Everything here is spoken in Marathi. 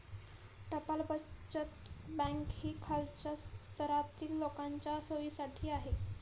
टपाल बचत बँक ही खालच्या स्तरातील लोकांच्या सोयीसाठी आहे